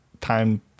Time